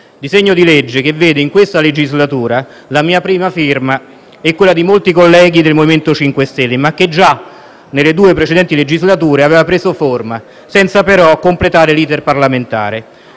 disegno di legge che vede, in questa legislatura, la mia prima firma e quella di molti colleghi del MoVimento 5 Stelle, ma che già nelle due precedenti legislature aveva preso forma, senza però completare l'*iter* parlamentare.